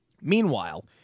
Meanwhile